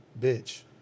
bitch